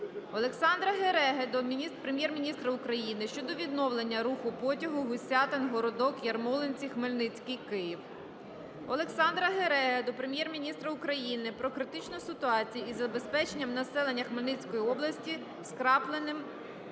Олександра Гереги до Прем'єр-міністра України щодо відновлення руху потяга Гусятин - Городок - Ярмолинці - Хмельницький - Київ. Олександра Гереги до Прем'єр-міністра України про критичну ситуацію із забезпеченням населення Хмельницької області скрапленим